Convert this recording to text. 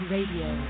Radio